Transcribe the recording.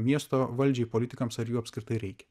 miesto valdžiai politikams ar jų apskritai reikia